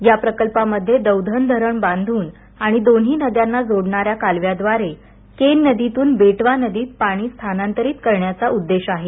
या प्रकल्पामध्ये दौधन धरण बांधून आणि दोन्ही नद्यांना जोडणाऱ्या कालव्याद्वारे केन नदीतून बेटवा नदीत पाणी स्थानांतरित करण्याचा उद्देश आहे